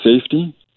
safety